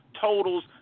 totals